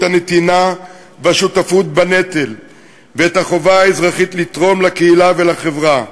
הנתינה והשותפות בנטל ואת החובה האזרחית לתרום לקהילה ולחברה,